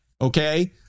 Okay